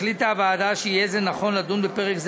החליטה הוועדה שיהיה זה נכון לדון בפרק זה